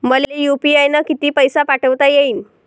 मले यू.पी.आय न किती पैसा पाठवता येईन?